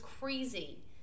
crazy